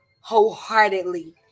wholeheartedly